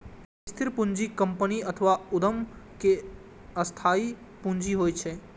स्थिर पूंजी कंपनी अथवा उद्यम के स्थायी पूंजी होइ छै